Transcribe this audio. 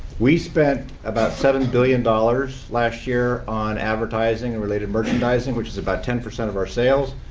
we spent about seven billion dollars last year on advertising and related merchandising, which is about ten percent of our sales.